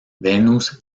venus